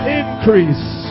increase